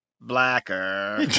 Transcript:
blacker